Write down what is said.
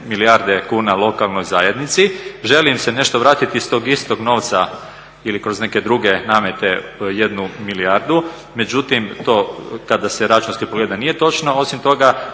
milijarde kuna lokalnoj zajednici, želi im se nešto vratiti iz tog istog novca ili kroz neke druge namete 1 milijardu, međutim to kada se računski pogleda nije točno. Osim toga,